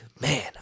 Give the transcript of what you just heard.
Man